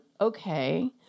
okay